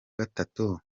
gatatu